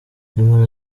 nyamara